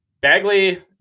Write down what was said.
Bagley